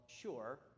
sure